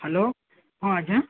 hello ହଁ ଆଜ୍ଞା